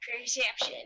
Perception